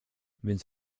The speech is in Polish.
więc